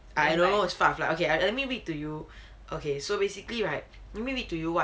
I don't know fight or flight okay let me read to you okay so basically right let me read to you what